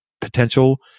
potential